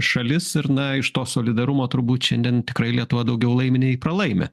šalis ir na iš to solidarumo turbūt šiandien tikrai lietuva daugiau laimi nei pralaimi